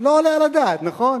לא עולה על הדעת, נכון?